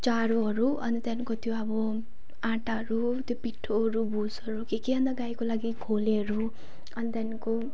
चारोहरू अनि त्यहाँदेखिको त्यो अब आँटाहरू त्यो पिठोहरू भुसहरू के के अन्त गाईको लागि खोलेहरू अनि त्यहाँदेखिको